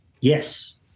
Yes